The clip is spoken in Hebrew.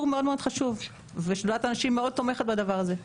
מאוד חשוב ושדולת הנשים מאוד תומכת בדבר הזה.